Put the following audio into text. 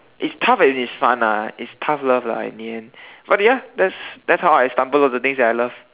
it's tough and it's fun ah it's tough love lah in the end but ya that's that's how I stumbled on the things I love